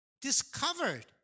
discovered